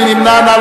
מי נמנע?